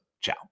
Ciao